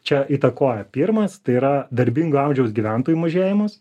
čia įtakoja pirmas tai yra darbingo amžiaus gyventojų mažėjimas